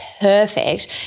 perfect